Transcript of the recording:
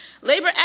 Labor